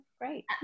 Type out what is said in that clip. great